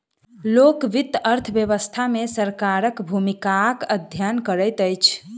लोक वित्त अर्थ व्यवस्था मे सरकारक भूमिकाक अध्ययन करैत अछि